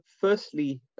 firstly